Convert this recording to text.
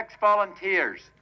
volunteers